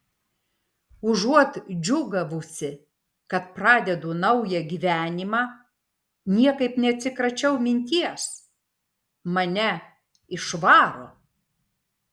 užuot džiūgavusi kad pradedu naują gyvenimą niekaip neatsikračiau minties mane išvaro